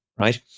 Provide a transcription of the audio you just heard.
right